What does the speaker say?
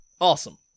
Awesome